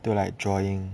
to like drawing